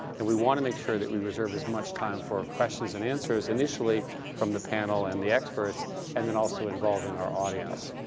and we want to make sure that reserve as much time for questions and answers, initially from the panel and the experts and then also involving our audience.